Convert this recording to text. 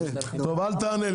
אל תענה.